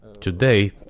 Today